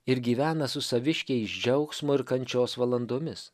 ir gyvena su saviškiais džiaugsmo ir kančios valandomis